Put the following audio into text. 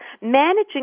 managing